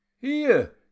Here